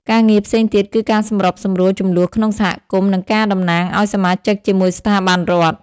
ការងារផ្សេងទៀតគឺការសម្របសម្រួលជម្លោះក្នុងសហគមន៍ និងការតំណាងឲ្យសមាជិកជាមួយស្ថាប័នរដ្ឋ។